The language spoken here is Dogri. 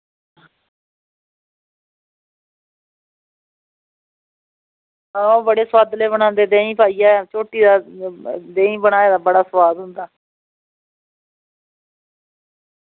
ओह् बड़े सोआदलै बनांदे देहीं पाइयै देहीं दा बड़ा सोआद होंदा